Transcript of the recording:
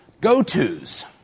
go-tos